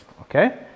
okay